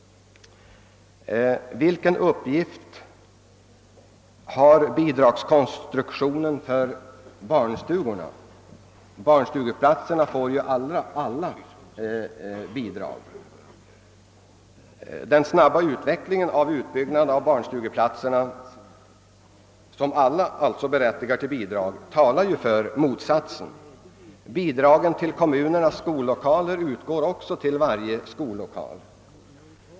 Vilken uppgift har bidragskonstruktionen för barnstugorna? Den snabba utbyggnaden av antalet barnstugeplatser varvid alla platser är bidragsberättigade — talar ju för motsatsen. Bidragen till kommunerna för skollokaler utgår också för varje skollokal.